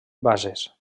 bases